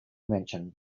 mention